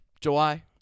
July